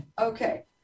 Okay